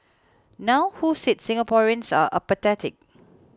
now who said Singaporeans are apathetic